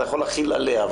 אתה יכול להכיל עליה.